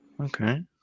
Okay